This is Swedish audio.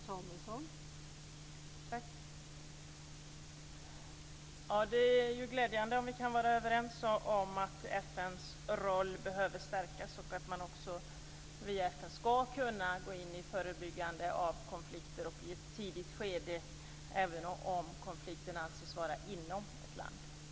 Fru talman! Det är glädjande om vi kan vara överens om att FN:s roll behöver stärkas och att man också via FN ska kunna gå in i förebyggande av konflikter i ett tidigt skede - även om konflikten anses vara inom ett land.